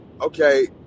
okay